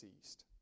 ceased